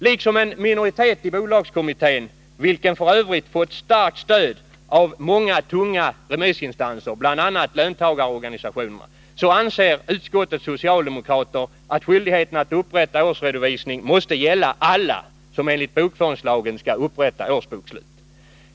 Liksom en minoritet i bolagskommittén — vilken f. ö. fått starkt stöd av många tunga remissinstanser, bl.a. löntagarnas organisationer — anser utskottets socialdemokrater att skyldigheten att upprätta årsredovisning måste gälla alla som enligt bokföringslagen skall upprätta årsbokslut.